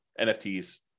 NFTs